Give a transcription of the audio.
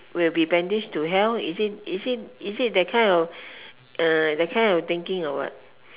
will be banished to hell is it is it is it that kind of uh that kind of thinking or not